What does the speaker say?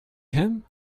him